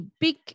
big